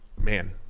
man